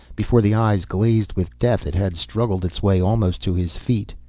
before the eyes glazed with death it had struggled its way almost to his feet.